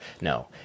No